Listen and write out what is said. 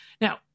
Now